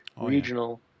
regional